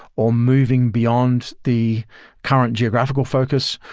or moving beyond the current geographical focus,